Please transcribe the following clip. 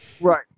Right